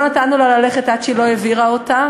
נתנו לה ללכת עד שהיא לא העבירה אותה.